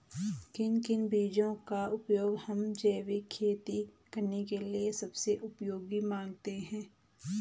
किन किन बीजों का उपयोग हम जैविक खेती करने के लिए सबसे उपयोगी मानते हैं?